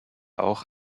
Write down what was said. auch